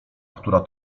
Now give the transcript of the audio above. która